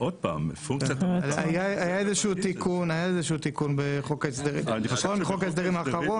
היה איזה שהוא תיקון בחוק ההסדרים האחרון,